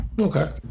okay